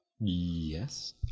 Yes